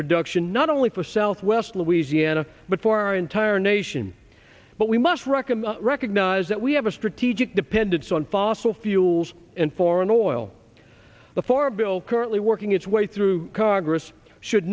production not only for southwest louisiana but for our entire nation but we must reckon recognize that we have a strategic dependence on fossil fuels and foreign oil before a bill currently working its way through congress should